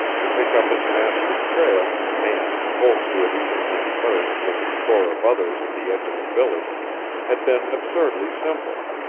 to pick up his master's trail and to hold to it even when it merged with a score of others at the edge of the village had been absurdly simple.